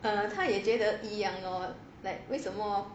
err 他也觉得一样 lor like 为什么